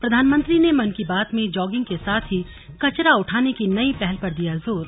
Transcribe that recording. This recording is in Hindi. प्रधानमंत्री ने मन की बात में जागिंग के साथ ही कचरा उठाने की नयी पहल पर दिया जोर